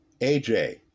AJ